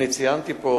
ציינתי פה